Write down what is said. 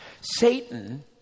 Satan